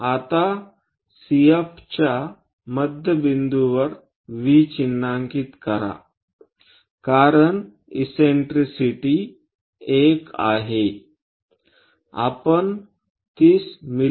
आता CF च्या मध्यबिंदूवर V चिन्हांकित करा कारण इससेन्ट्रिसिटी 1 आहे आपण 30 मि